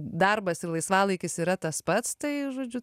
darbas ir laisvalaikis yra tas pats tai žodžiu